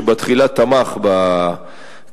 שבתחילה תמך בכרייה,